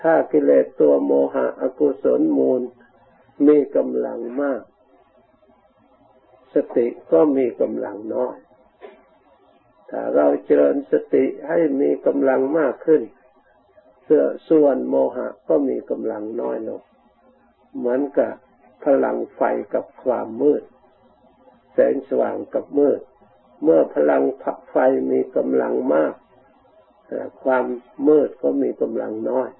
ถ้ากิเลสตัวโมหะอกุศลมูลมีกำลังมาก สติก็มีกำลังน้อย ถ้าเราเจริญสติให้มีกำลังมากขึ้น เสื้อส่วนโมหะก็มีกำลังน้อยลง เหมือนกับพลังไฟกับความมืด แสงสว่างกับมืด เมื่อพลังไฟมีกำลังมาก แต่ความมืดก็มีกำลังน้อย